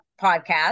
podcast